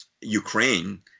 Ukraine